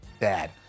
dad